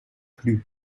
plus